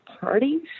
parties